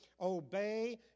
obey